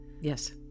Yes